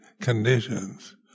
conditions